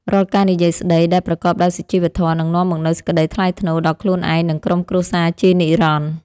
រាល់ការនិយាយស្តីដែលប្រកបដោយសុជីវធម៌នឹងនាំមកនូវសេចក្តីថ្លៃថ្នូរដល់ខ្លួនឯងនិងក្រុមគ្រួសារជានិរន្តរ៍។